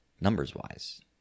numbers-wise